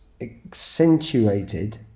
accentuated